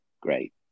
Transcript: great